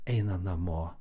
eina namo